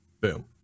Boom